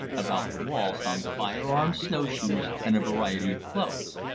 about the walls hung firearms, snowshoes, and a variety of clothes.